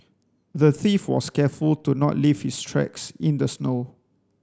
the thief was careful to not leave his tracks in the snow